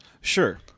Sure